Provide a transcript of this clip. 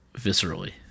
viscerally